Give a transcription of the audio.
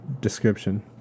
description